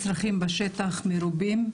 הצרכים בשטח מרובים,